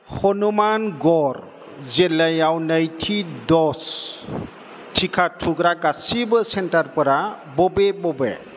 हनुमानगड़ जिल्लायाव नैथि दज टिका थुग्रा गासिबो सेन्टारफोरा बबे बबे